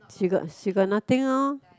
she got she got nothing lor